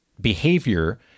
behavior